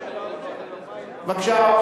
זה ראוי, בבקשה.